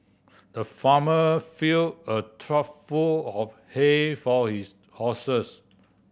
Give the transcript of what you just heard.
the farmer filled a trough full of hay for his horses